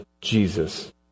Jesus